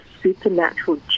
supernatural